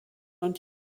und